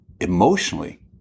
emotionally